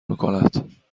میکند